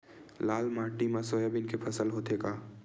लाल माटी मा सोयाबीन के फसल होथे का?